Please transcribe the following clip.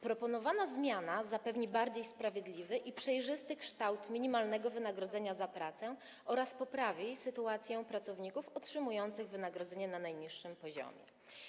Proponowana zmiana zapewni bardziej sprawiedliwy i przejrzysty kształt minimalnego wynagrodzenia za pracę oraz poprawi sytuację pracowników otrzymujących wynagrodzenie na najniższym poziomie.